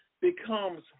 becomes